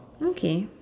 okay